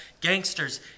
gangsters